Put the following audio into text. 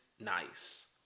nice